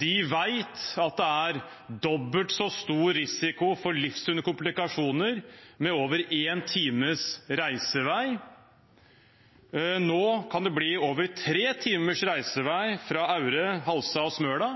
De vet at det er dobbelt så stor risiko for livstruende komplikasjoner med over én time reisevei. Nå kan det bli over tre timer reisevei fra Aure, Halsa og Smøla